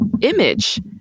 image